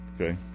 Okay